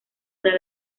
una